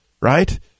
right